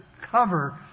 cover